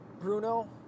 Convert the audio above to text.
Bruno